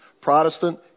Protestant